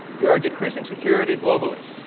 you are decreasing security, globally.